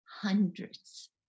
hundreds